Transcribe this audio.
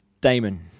Damon